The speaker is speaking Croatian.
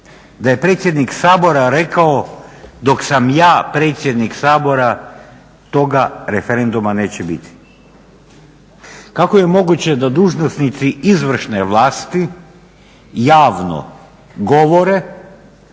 da je predsjednik Sabora rekao, dok sam ja predsjednik Sabora toga referenduma neće biti? Kako je moguće da dužnosnici izvršne vlasti javno govore